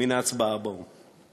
מן ההצבעה באו"ם.